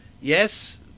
yes